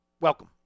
welcome